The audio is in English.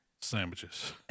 Sandwiches